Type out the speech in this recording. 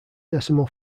decimal